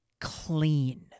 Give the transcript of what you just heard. clean